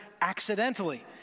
accidentally